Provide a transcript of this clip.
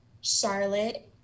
charlotte